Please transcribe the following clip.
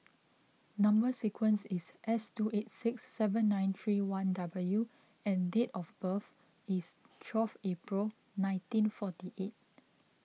Number Sequence is S two eight six seven nine three one W and date of birth is twelve April nineteen forty eight